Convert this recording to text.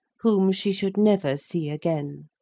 whom she should never see again